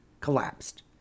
collapsed